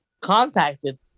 contacted